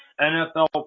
NFL